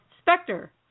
Spectre